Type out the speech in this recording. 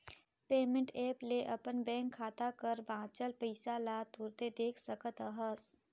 payment app ले अपन bank खाता कर बांचल पइसा ल तुरते देख सकत अहस